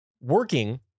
working